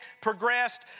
progressed